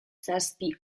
zazpi